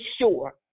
sure